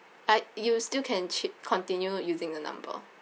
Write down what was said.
I you still can ch~ continue using the number